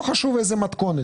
לא חשוב באיזו מתכונת.